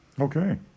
okay